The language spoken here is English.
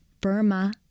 Burma